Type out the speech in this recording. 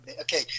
okay